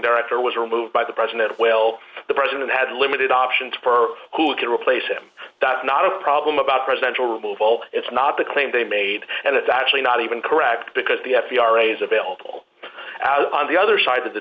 director was removed by the president well the president had limited options for who could replace him that's not a problem about presidential remove all it's not the claim they made and it's actually not even correct because the f e r s is available out on the other side of the